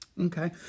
Okay